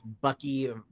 Bucky